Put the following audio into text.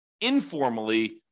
Informally